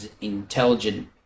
intelligent